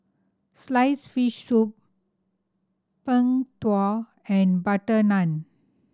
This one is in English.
sliced fish soup Png Tao and butter naan